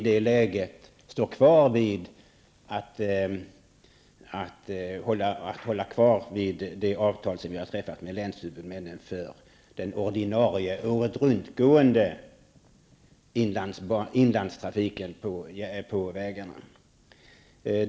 I det läget står vi kvar vid det avtal som vi har träffat med länshuvudmännen för den ordinarie åretruntgående inlandstrafiken på vägarna.